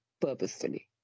purposefully